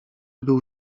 był